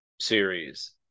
series